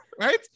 right